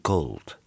Cold